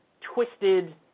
twisted